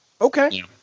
Okay